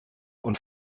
und